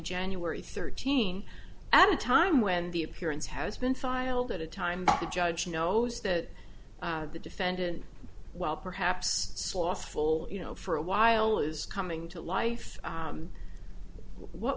january thirteenth at a time when the appearance has been filed at a time the judge knows that the defendant while perhaps slothful you know for a while is coming to life what